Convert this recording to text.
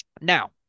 Now